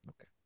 Okay